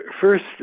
first